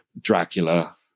Dracula